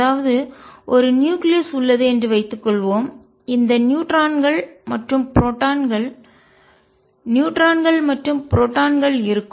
அதாவது ஒரு நியூக்ளியஸ் கரு உள்ளது என்று வைத்துக்கொள்வோம் இந்த நியூட்ரான்கள் மற்றும் புரோட்டான்கள் நியூட்ரான்கள் மற்றும் புரோட்டான்கள் இருக்கும்